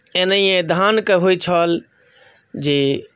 एनहिए धानके होइत छल जे